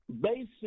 basic